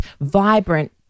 vibrant